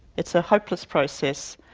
it's a hopeless process,